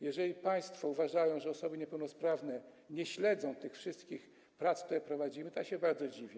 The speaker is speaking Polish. Jeżeli państwo uważają, że osoby niepełnosprawne nie śledzą tych wszystkich prac, które prowadzimy, to ja się bardzo dziwię.